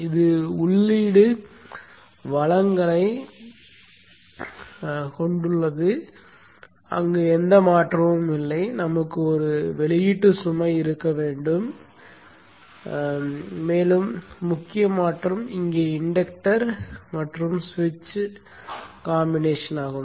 இது உள்ளீடு வழங்கலைக் கொண்டுள்ளது அங்கு எந்த மாற்றமும் இல்லை நமக்கு ஒரு வெளியீட்டு சுமை இருக்க வேண்டும் அங்கு எந்த மாற்றமும் இல்லை மேலும் முக்கிய மாற்றம் இங்கே இன்டக்டர் மற்றும் சுவிட்ச் கலவையாகும்